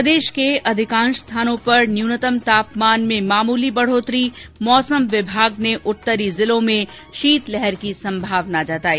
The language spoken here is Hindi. प्रदेश के अधिकांश स्थानों पर न्यूनतम तापमान में मामूली बढोतरी मौसम विभाग ने उत्तरी जिलों में शीतलहर की संभावना जताई